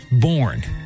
born